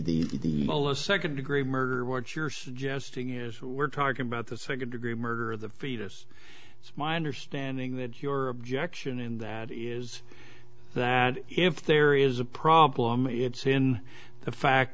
fullest second degree murder what you're suggesting is we're talking about the second degree murder of the fetus it's my understanding that your objection in that is that if there is a problem it's in the fact